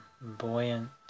buoyant